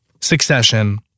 Succession